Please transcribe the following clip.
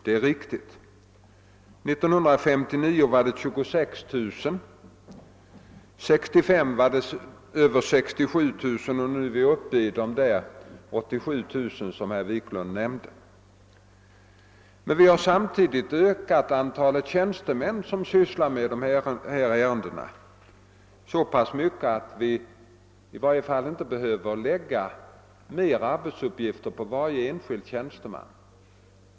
År 1959 var antalet 26 000, 1965 var det över 67 000, och nu är vi uppe i de 87 000, som herr Wiklund i Stockholm nämnde. Men vi har samtidigt ökat antalet tjänstemän som sysslar med dessa ärenden så pass mycket, att vi i varje fall inte behöver lägga flera arbetsuppgifter på varje enskild tjänsteman.